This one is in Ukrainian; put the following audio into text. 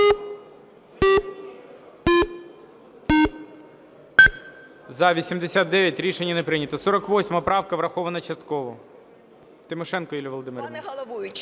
За-89 Рішення не прийнято. 48 правка врахована частково. Тимошенко Юлія Володимирівна.